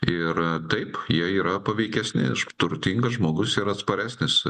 ir taip jie yra paveikesni turtingas žmogus yra atsparesnis